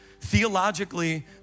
Theologically